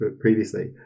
previously